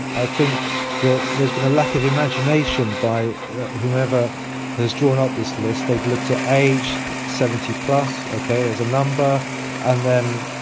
i think that there's been a lack of imagination by whoever has drawn up this list, they've looked at age seventy plus okay, there's a number and then